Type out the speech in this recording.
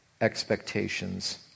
expectations